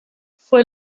fue